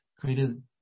created